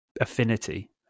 Affinity